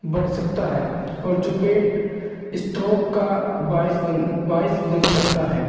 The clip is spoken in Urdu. بڑھ سکتا ہے اور جو پیٹ اسٹروک کا باعث بن باعث بن سکتا ہے